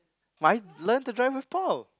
why learn to drive with Paul